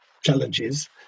challenges